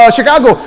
Chicago